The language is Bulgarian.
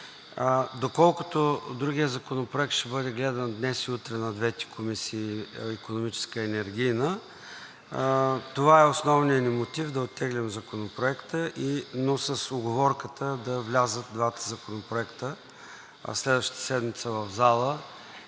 доколкото другият законопроект ще бъде гледан днес и утре на двете комисии – Икономическа и Енергийна. Това е основният ни мотив да оттеглим Законопроекта, но с уговорката двата законопроекта да влязат следващата седмица в зала,